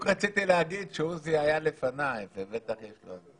גם לא נכון להתחיל עד שבית המשפט יגיד את דברו.